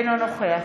אינו נוכח